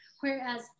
Whereas